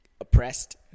Oppressed